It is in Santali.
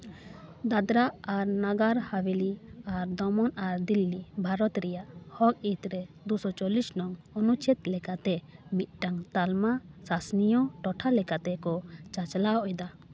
ᱫᱟᱫᱽᱨᱟ ᱟᱨ ᱱᱟᱜᱟᱨ ᱦᱟᱵᱷᱮᱞᱤ ᱟᱨ ᱫᱚᱢᱚᱱ ᱟᱨ ᱫᱤᱞᱞᱤ ᱵᱷᱟᱨᱚᱛ ᱨᱮᱭᱟᱜ ᱦᱚᱠ ᱦᱤᱛ ᱨᱮ ᱫᱩᱥᱚ ᱪᱚᱞᱞᱤᱥ ᱱᱚᱝ ᱚᱱᱩᱪᱪᱷᱮᱫᱽ ᱞᱮᱠᱟᱛᱮ ᱢᱤᱫᱴᱟᱝ ᱛᱟᱞᱢᱟ ᱥᱟᱥᱚᱱᱤᱭᱟᱹ ᱴᱚᱴᱷᱟ ᱞᱮᱠᱟ ᱛᱮᱠᱚ ᱪᱟᱪᱞᱟᱣ ᱮᱫᱟ